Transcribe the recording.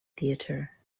theatre